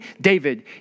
David